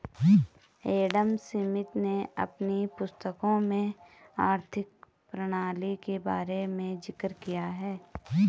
Adam Smith ने अपनी पुस्तकों में आर्थिक प्रणाली के बारे में जिक्र किया है